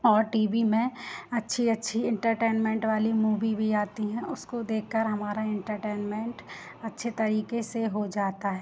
और TV में अच्छी अच्छी इंटरटेनमेंट वाली मूवी भी आती हैं उसको देखकर हमारा इंटरटेनमेंट अच्छे तरीके से हो जाता है